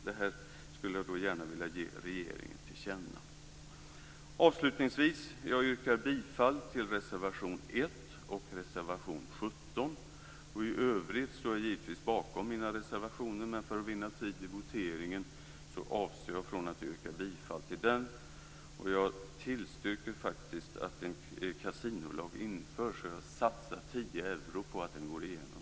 Detta skulle jag gärna vilja ge regeringen till känna. Avslutningsvis yrkar jag bifall till reservationerna 1 och 17. I övrigt står jag givetvis bakom mina reservationer, men för att vinna tid i voteringen avstår jag från att yrka bifall till dem. Jag tillstyrker att en kasinolag införs och satsar 10 euro på att den går igenom.